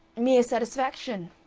mere satisfaction,